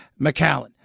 McAllen